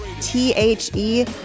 T-H-E